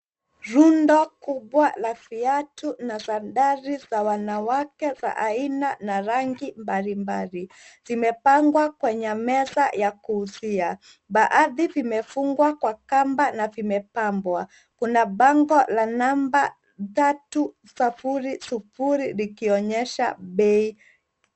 Rundo kubwa la viatu na sadari za wanawake za aina na rangi mbalimbali. Zimepangwa kwenye meza ya kuuzia. Baadhi vimefungwa kwa kamba na vimepambwa. Kuna bango la namba 300 ikionyesha bei.